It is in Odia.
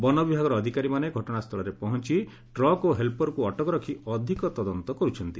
ବନବିଭାଗର ଅଧିକାରୀମାନେ ଘଟଶାସ୍ସୁଳରେ ପହଞ୍ ଟ୍ରକ୍ ଓ ହେଲ୍ପର୍କୁ ଅଟକ ରଖି ଅଧିକ ତଦନ୍ତ କରୁଛନ୍ତି